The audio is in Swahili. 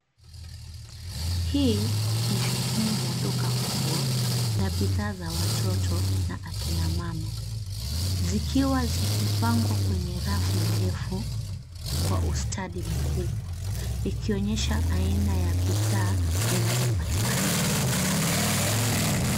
Hii ni sehemu ya duka kubwa la bidhaa za watoto na akina mama zikiwa zimepangwa kwenye rafu ndefu kwa ustadi mkubwa ikionyesha aina ya bidhaa zinazopatikana.